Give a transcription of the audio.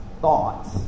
thoughts